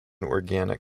organic